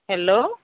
hello